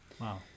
Wow